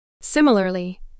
Similarly